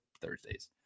Thursdays